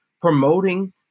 promoting